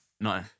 No